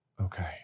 Okay